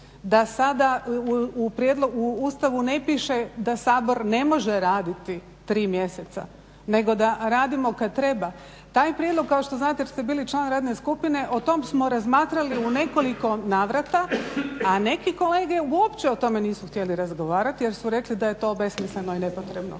da sada u Ustavu ne piše da Sabor ne može raditi tri mjeseca nego da radimo kad treba, taj prijedlog kao što znate jer ste bili član radne skupine o tom smo razmatrali u nekoliko navrata a neki kolege uopće o tome nisu htjeli razgovarati jer su rekli da je to besmisleno i nepotrebno.